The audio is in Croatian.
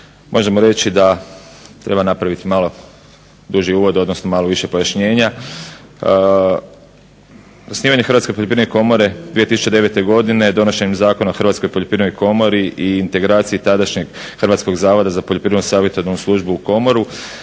možemo reći da treba napraviti malo duži uvod, odnosno malo više pojašnjenja. Osnivanje Hrvatske poljoprivredne komore 2009. godine donošenjem Zakona o Hrvatskoj poljoprivrednoj komori i integraciji tadašnjeg Hrvatskog zavoda za Poljoprivredno savjetodavnu službu u Komori